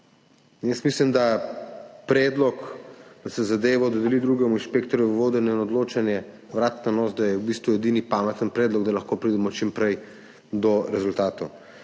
Jaz mislim, da je predlog, da se zadevo dodeli drugemu inšpektorju v vodenje in odločanje na vrat na nos, v bistvu edini pameten predlog, da lahko pridemo čim prej do rezultatov.